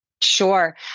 Sure